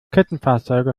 kettenfahrzeuge